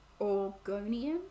Orgonian